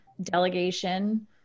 delegation